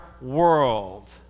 world